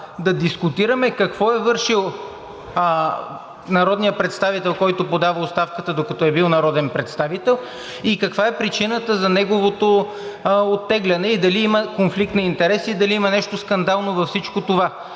да дискутираме какво е вършил народният представител, който подава оставката, докато е бил народен представител; каква е причината за неговото оттегляне; дали има конфликт на интереси и дали има нещо скандално във всичко това?